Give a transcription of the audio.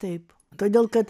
taip todėl kad